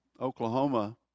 Oklahoma